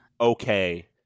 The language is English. okay